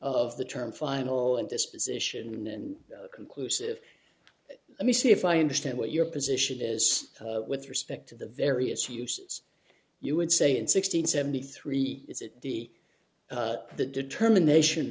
of the term final and disposition and conclusive let me see if i understand what your position is with respect to the various uses you would say in sixteen seventy three is it the the determination